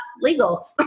legal